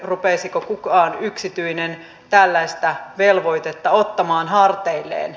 rupeaisiko kukaan yksityinen tällaista velvoitetta ottamaan harteilleen